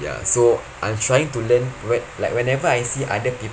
ya so I'm trying to learn what like whenever I see other people